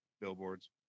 billboards